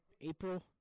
April